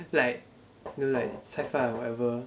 like you know like 菜饭 or whatever